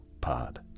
pod